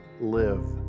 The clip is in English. live